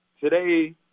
today